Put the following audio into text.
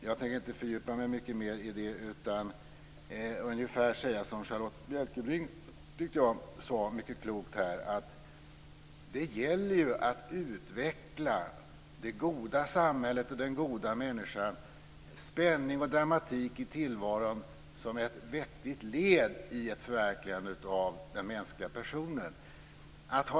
Jag tänker inte fördjupa mig mycket mer i detta utan säga ungefär som Charlotta Bjälkebring mycket klokt sade: Det gäller att utveckla det goda samhället och den goda människan och att se spänning och dramatik i tillvaron som ett vettigt led i ett förverkligande av människans person.